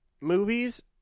movies